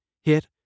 hit